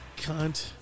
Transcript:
cunt